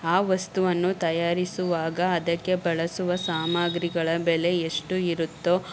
ಆ ವಸ್ತುವನ್ನು ತಯಾರಿಸುವಾಗ ಅದಕ್ಕೆ ಬಳಸುವ ಸಾಮಗ್ರಿಗಳ ಬೆಲೆ ಎಷ್ಟು ಇರುತ್ತೋ